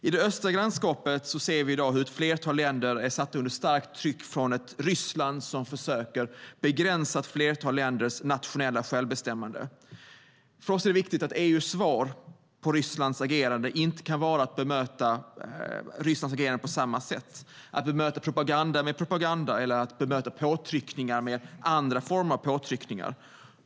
I det östra grannskapet ser vi i dag hur ett flertal länder är satta under starkt tryck från ett Ryssland som försöker begränsa ett flertal länders nationella självbestämmande. För oss är det viktigt att EU:s svar på Rysslands agerande inte kan vara att bemöta det på samma sätt, att bemöta propaganda med propaganda eller påtryckningar med andra former av påtryckningar.